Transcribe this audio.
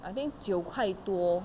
I think 九块多